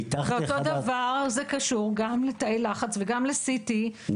אותו דבר קשור גם לתאי לחץ וגם ל-CT,